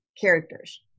characters